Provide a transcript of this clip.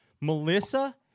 Melissa